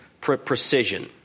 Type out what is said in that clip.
precision